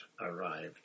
arrived